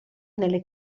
nelle